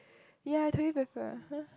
ya twenty poeple !huh!